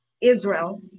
Israel